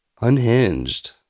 Unhinged